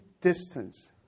distance